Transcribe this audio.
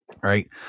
Right